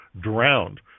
drowned